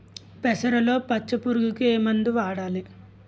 పెసరలో పచ్చ పురుగుకి ఏ మందు వాడాలి?